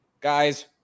guys